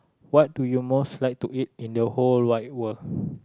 what do you most like to eat in the whole wide world